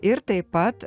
ir taip pat